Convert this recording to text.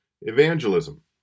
evangelism